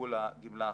תקבול הגמלה החודשית.